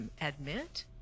admit